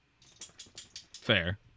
Fair